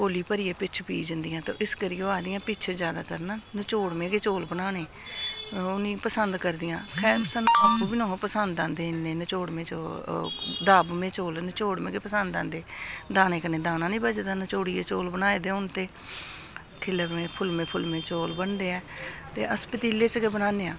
कोली भरियै पिच्छ पी जंदियां ते इस करियै ओह् आखदियां पिच्छ ज्यादातर ना नचोड़में गै चौल बनाने ओह् नेईं पसंद करदियां न खैर आपूं बी नेईं पसंद आंदे इन्ने नचोड़में चौल दाबमें चौल नचोड़में गै पसंद आंदे दाने कन्नै दाना निं बचदा नचोड़ियै चौल बनाए दे होन ते खिल्लरमें फुल्लमें फुल्लमें चौल बनदे ऐ ते अस पतीले च गै बनाने आं